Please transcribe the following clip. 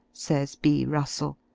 says b. russell,